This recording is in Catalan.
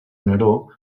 neró